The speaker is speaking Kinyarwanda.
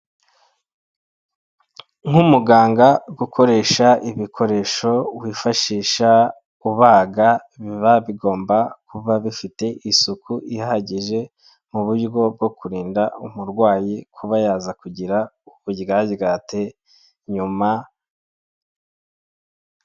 Nk'umuganga gukoresha ibikoresho wifashisha ubaga biba bigomba kuba bifite isuku ihagije, mu buryo bwo kurinda umurwayi kuba yaza kugira uburyaryate, nyuma.